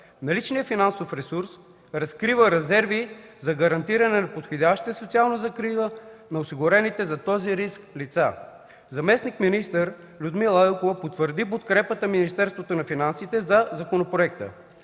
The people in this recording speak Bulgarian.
Наличният финансов ресурс разкрива резерви за гарантиране на подходяща социална закрила на осигурените за този риск лица. Заместник-министър Людмила Елкова потвърди подкрепата на Министерството на финансите за законопроекта.